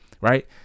right